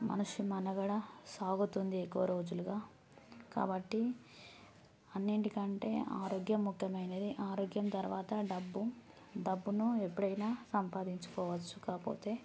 మనసు మొనగడ సాగుతుంది ఎక్కువ రోజులుగా కాబట్టి అన్నింటి కంటే ఆరోగ్యం ముఖ్యమైనది ఆరోగ్యం తర్వాత డబ్బు డబ్బును ఎప్పుడైనా సంపాదించుకోవచ్చు కాకపోతే